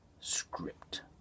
script